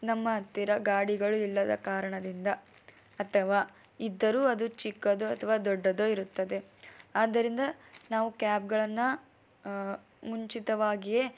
ನಮ್ಮ ಹತ್ತಿರ ಗಾಡಿಗಳು ಇಲ್ಲದ ಕಾರಣದಿಂದ ಅಥವಾ ಇದ್ದರೂ ಅದು ಚಿಕ್ಕದು ಅಥವಾ ದೊಡ್ಡದೋ ಇರುತ್ತದೆ ಆದ್ದರಿಂದ ನಾವು ಕ್ಯಾಬ್ಗಳನ್ನು ಮುಂಚಿತವಾಗಿಯೇ